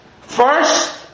first